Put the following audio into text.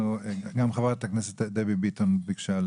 חברת הכנסת דבי ביטון, בבקשה.